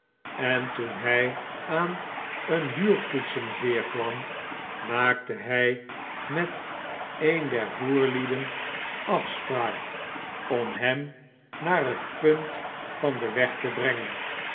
en toen hij aan een huurkoetsenveer kwam maakte hij met een der voerlieden afspraak om hem naar het punt van den weg te brengen